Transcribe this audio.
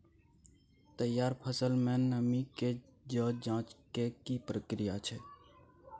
तैयार फसल में नमी के ज जॉंच के की प्रक्रिया छै?